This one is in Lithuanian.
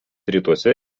rytuose